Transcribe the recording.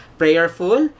prayerful